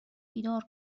بیدار